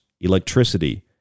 Electricity